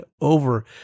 over